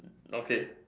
okay